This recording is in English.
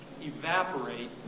evaporate